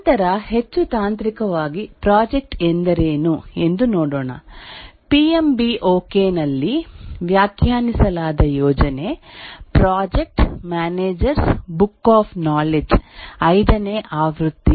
ನಂತರ ಹೆಚ್ಚು ತಾಂತ್ರಿಕವಾಗಿ ಪ್ರಾಜೆಕ್ಟ್ ಎಂದರೇನು ಎಂದು ನೋಡೋಣ ಪಿಎಂ ಬಿ ಓಕೆ ನಲ್ಲಿ ವ್ಯಾಖ್ಯಾನಿಸಲಾದ ಯೋಜನೆ project managers book of knowledge ಐದನೇ ಆವೃತ್ತಿ